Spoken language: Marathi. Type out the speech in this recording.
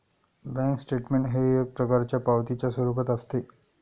बँक स्टेटमेंट हे एक प्रकारच्या पावतीच्या स्वरूपात असते